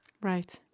Right